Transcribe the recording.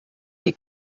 die